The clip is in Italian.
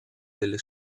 delle